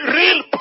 real